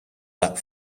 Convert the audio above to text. that